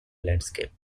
landscape